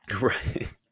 Right